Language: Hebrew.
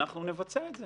אנחנו נבצע את זה.